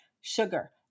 sugar